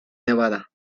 nevada